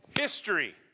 history